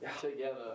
together